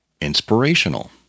inspirational